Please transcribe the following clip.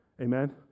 Amen